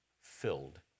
filled